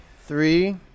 Three